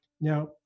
Now